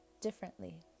differently